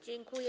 Dziękuję.